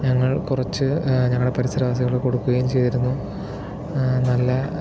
ഞങ്ങൾ കുറച്ച് ഞങ്ങളെ പരിസരവാസികൾക്ക് കൊടുക്കുകയും ചെയ്തിരുന്നു നല്ല